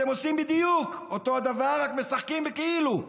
אתם עושים בדיוק אותו הדבר, רק משחקים בכאילו,